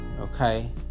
okay